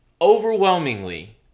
overwhelmingly